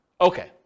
Okay